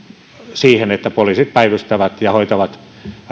siihen että poliisit päivystävät ja hoitavat